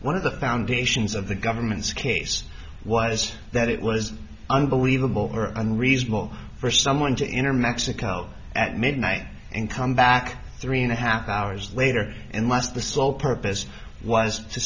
one of the foundations of the government's case was that it was unbelievable or unreasonable for someone to enter mexico at midnight and come back three and a half hours later unless the sole purpose was to